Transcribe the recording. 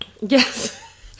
yes